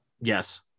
Yes